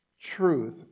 truth